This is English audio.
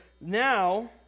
Now